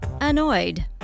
annoyed